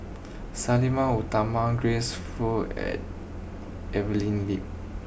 Sang Nila Utama Grace Fu and Evelyn Lip